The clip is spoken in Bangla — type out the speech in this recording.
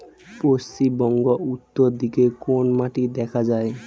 পশ্চিমবঙ্গ উত্তর দিকে কোন মাটি দেখা যায়?